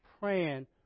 praying